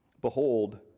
Behold